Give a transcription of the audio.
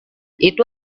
itu